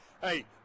hey